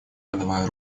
подавая